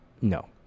No